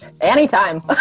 Anytime